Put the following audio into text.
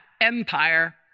empire